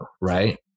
right